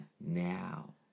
Now